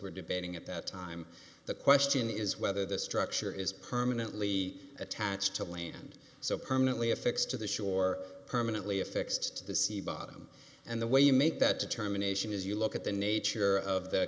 were debating at that time the question is whether the structure is permanently attached to land so permanently affixed to the shore permanently affixed to the sea bottom and the way you make that determination is you look at the nature of the